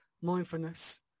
mindfulness